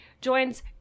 joins